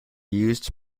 used